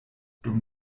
dum